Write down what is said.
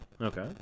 Okay